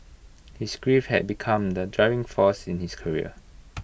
his grief had become the driving force in his career